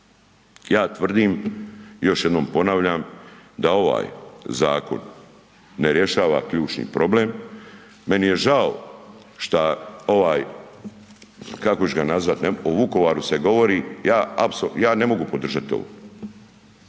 Ja tvrdim, još jednom ponavljam, da ovaj zakon ne rješava ključni problem. Meni je žao što ovaj, kako ću ga nazvati, o Vukovaru se govori, ja, ja ne mogu podržati to